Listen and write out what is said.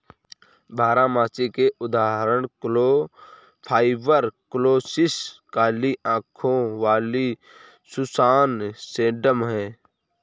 बारहमासी के उदाहरण कोर्नफ्लॉवर, कोरॉप्सिस, काली आंखों वाली सुसान, सेडम हैं